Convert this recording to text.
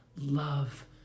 love